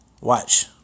Watch